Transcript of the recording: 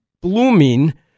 blooming